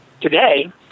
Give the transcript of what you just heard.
Today